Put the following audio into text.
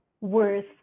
worth